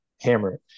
hammer